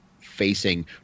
facing